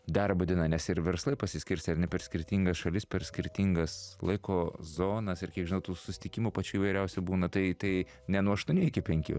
darbo diena nes ir verslai pasiskirstę ar ne per skirtingas šalis per skirtingas laiko zonas ir kiek žinau tų susitikimų pačių įvairiausių būna tai tai ne nuo aštuonių iki penkių